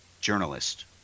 journalist